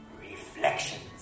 reflections